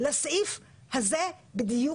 בעניין אותו דיון